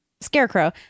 Scarecrow